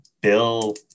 bill